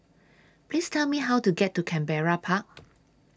Please Tell Me How to get to Canberra Park